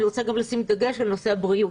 ואני רוצה לשים דגש על נושא הבריאות.